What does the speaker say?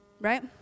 right